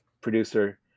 producer